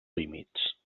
límits